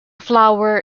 flower